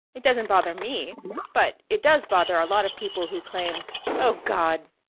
it doesn't bother me but, it does bother a lot of people who claim oh, god!